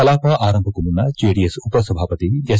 ಕಲಾಪ ಆರಂಭಕ್ಕೂ ಮುನ್ನ ಜೆಡಿಎಸ್ನ ಉಪಸಭಾವತಿ ಎಸ್